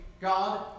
God